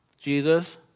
Jesus